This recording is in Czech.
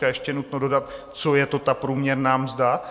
Ještě je nutno dodat, co je to ta průměrná mzda.